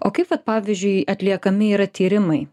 o kaip vat pavyzdžiui atliekami yra tyrimai